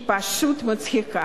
היא פשוט מצחיקה.